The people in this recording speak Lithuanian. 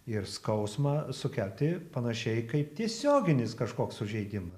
ir skausmą sukelti panašiai kaip tiesioginis kažkoks sužeidimas